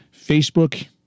Facebook